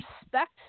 respect